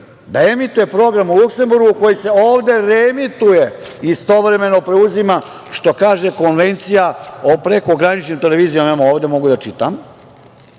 da emituje program u Luksemburgu koji se ovde reemituje, istovremeno preuzima. Šta kaže Konvencija o prekograničnoj televiziji, imam ovde, mogu da čitam?